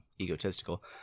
egotistical